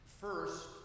First